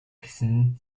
гэсэн